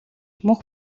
мөнх